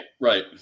right